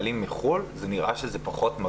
ויש שילוט על כך?